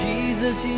Jesus